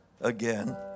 again